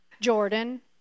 Jordan